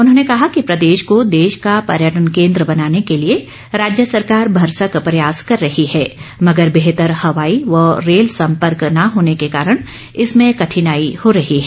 उन्होंने कहा कि प्रदेश को देश का पर्यटन केन्द्र बनाने के लिए राज्य सरकार भरसक प्रयास कर रही है मगर बेहतर हवाई व रेल संपर्क न होने के कारण इसमें कठिनाई हो रही है